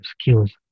skills